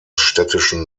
städtischen